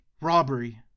robbery